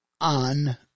on